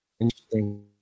Interesting